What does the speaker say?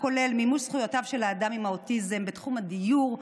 הכולל מימוש זכויותיו של האדם עם האוטיזם בתחום הדיור,